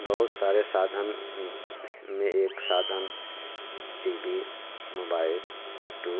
बहुत सारे साधन में एक साधन टी बी मोबाईल यूटूब